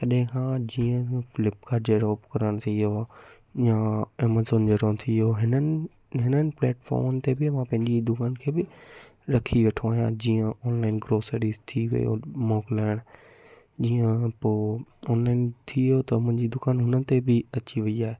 तॾहिं खां जीअं फ्लिपकार्ट कहिड़ो उपकरण थी वियो या एमेजॉन जहिड़ो थी वियो हिननि हिननि प्लेटफॉर्मनि ते बि मां पंहिंजी दुकान खे बि रखी वेठो आहियां जीअं ऑनलाइन ग्रॉसरीस थी वियो मोकिलिणु जीअं पोइ ऑनलाइन थी वियो त मुंहिंजी दुकान हुननि ते बि अची वई आहे